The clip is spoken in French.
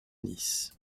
nice